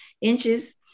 inches